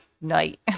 Night